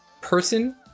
person